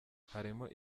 harimo